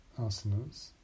asanas